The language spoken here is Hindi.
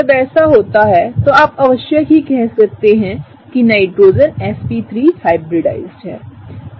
जब ऐसा होता है तो आप आवश्यक ही कह सकते हैं कि नाइट्रोजनsp3हाइब्रिडाइज्ड है